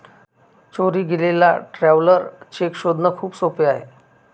चोरी गेलेला traveller cheque शोधणे खूप सोपे आहे